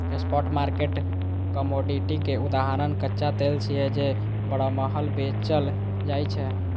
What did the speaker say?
spot market commodity के उदाहरण कच्चा तेल छियै, जे बरमहल बेचल जाइ छै